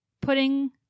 putting